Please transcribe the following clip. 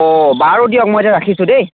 অ বাৰু দিয়ক মই এতিয়া ৰাখিছোঁ দেই